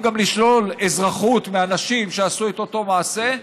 לשלול אזרחות גם מאנשים שעשו את אותו מעשה,